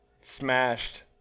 smashed